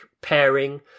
pairing